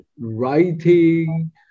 writing